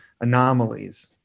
anomalies